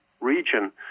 region